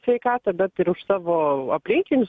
sveikatą bet ir už savo aplinkinius